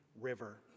river